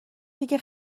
دیگه